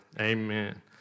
Amen